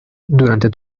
durante